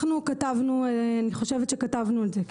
כן, אני חושבת שכתבנו את זה.